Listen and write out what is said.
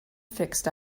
fixed